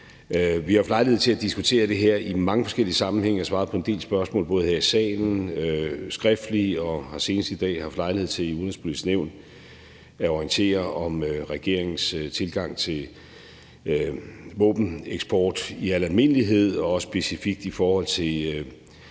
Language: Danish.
Vi har jo haft lejlighed til at diskutere det her i mange forskellige sammenhænge, og jeg har svaret på en del spørgsmål både her i salen og skriftlige spørgsmål, og jeg har også senest her i dag i Det Udenrigspolitiske Nævn haft lejlighed til at orientere om regeringens tilgang til våbeneksport i al almindelighed og også specifikt i forhold til